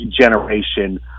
generation